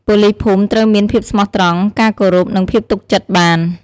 ប៉ូលីសភូមិត្រូវមាន ភាពស្មោះត្រង់ ការគោរព និងភាពទុកចិត្តបាន។